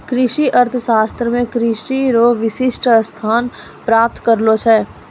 कृषि अर्थशास्त्र मे कृषि रो विशिष्ट स्थान प्राप्त करलो छै